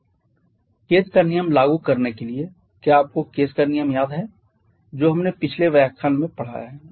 slide समय देखें 4037 Kay's का नियम लागू करने के लिए क्या आपको Kay's का नियम याद है जो हमने पिछले व्याख्यान में पढ़ा है